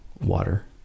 water